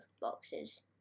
boxes